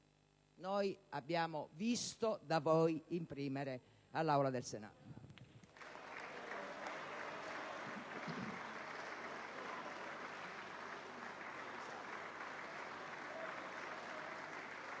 abbiamo visto da voi comprimere nell'Aula del Senato.